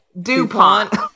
dupont